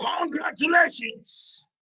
Congratulations